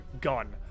gun